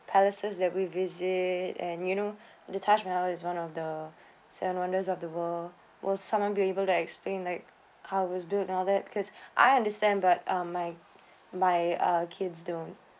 palaces that we visit and you know the taj mahal is one of the seven wonders of the world will someone be able to explain like how it was built and all that because I understand but um my my ah kids don't